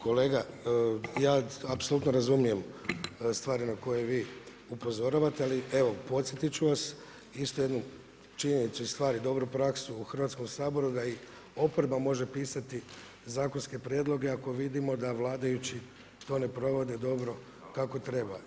Kolega ja apsolutno razumijem stvari na koje vi upozoravate ali evo podsjetiti ću vas, isto jednu činjenicu i stvari, dobru praksu u Hrvatskom saboru da i oporba može pisati zakonske prijedloge ako vidimo da vladajući to ne provode dobro kako treba.